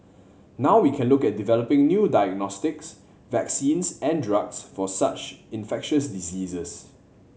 now we can look at developing new diagnostics vaccines and drugs for such infectious diseases